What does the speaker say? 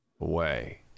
away